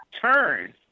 turn